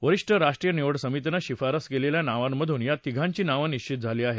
वरीष्ठ राष्ट्रीय निवड समितीन शिफारस केलेल्या नावांमधून या तिघांची नाव निश्वित झाली आहेत